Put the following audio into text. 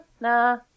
nah